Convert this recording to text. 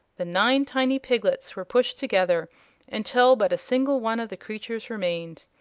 the nine tiny piglets were pushed together until but a single one of the creatures remained.